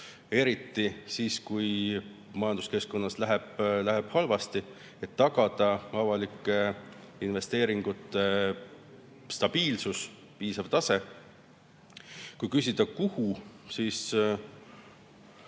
eriti siis, kui majanduskeskkonnas läheb halvasti –, et tagada avalike investeeringute stabiilsus, piisav tase. Kui küsida, kuhu [see